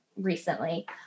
recently